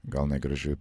gal negražiai